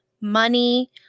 money